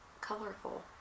colorful